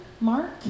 mark